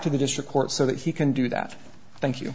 to the district court so that he can do that thank you